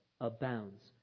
abounds